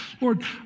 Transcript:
Lord